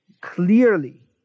clearly